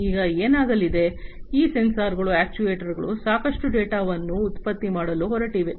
ಈಗ ಏನಾಗಲಿದೆ ಈ ಸೆನ್ಸಾರ್ಗಳು ಮತ್ತು ಅಕ್ಚುಯೆಟರ್ಸ್ಗಳು ಸಾಕಷ್ಟು ಡೇಟಾವನ್ನು ಉತ್ಪತ್ತಿ ಮಾಡಲು ಹೊರಟಿವೆ